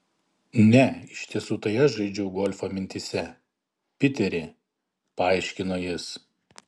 ne iš tiesų tai aš žaidžiau golfą mintyse piteri paaiškino jis